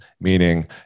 meaning